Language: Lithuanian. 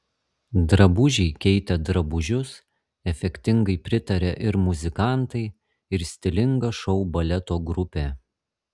drabužiai keitė drabužius efektingai pritarė ir muzikantai ir stilinga šou baleto grupė